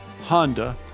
Honda